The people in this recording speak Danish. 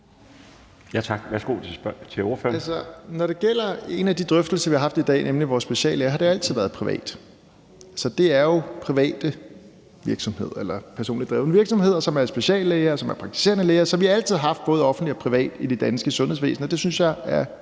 Pelle Dragsted (EL): Når det gælder en af de drøftelser, vi har haft i dag, nemlig om vores speciallæger, så har det jo altid været privat. Det er jo private virksomheder eller personligt drevne virksomheder, som er speciallæger eller praktiserende læger. Så vi har altid haft både offentlige og private i det danske sundhedsvæsen, og det synes jeg og